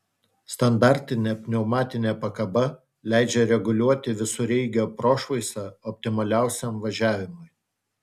standartinė pneumatinė pakaba leidžia reguliuoti visureigio prošvaisą optimaliausiam važiavimui